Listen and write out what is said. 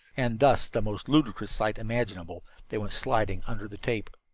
and thus, the most ludicrous sight imaginable, they went sliding under the tape.